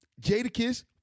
Jadakiss